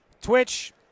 Twitch